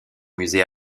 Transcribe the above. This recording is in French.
musée